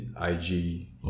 IG